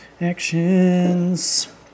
Actions